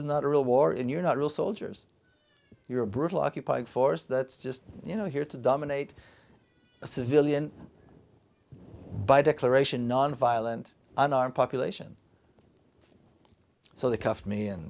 is not a real war in you're not real soldiers you're a brutal occupying force that's just you know here to dominate a civilian by declaration nonviolent unarmed population so they cuffed me and